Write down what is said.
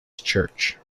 church